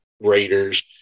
Raiders